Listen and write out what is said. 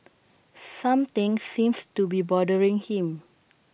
something seems to be bothering him